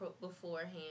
beforehand